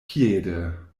piede